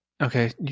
Okay